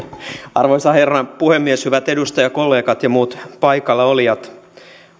arvoisa herra puhemies hyvät edustajakollegat ja muut paikallaolijat